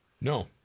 No